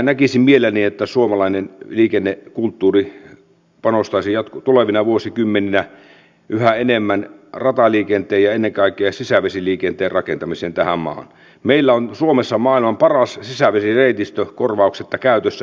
minusta tämä on vaikka on ollut välillä poukkoilevaa ja kärjekästä osoittanut tarpeellisuutensa ja on varmasti niin että myös tavalliset kansalaiset arvostavat sitä että täällä keskustellaan siitä miten me voisimme parantaa lainvalmistelun tasoa